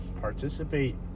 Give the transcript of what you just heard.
participate